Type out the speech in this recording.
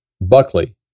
Buckley